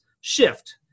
shift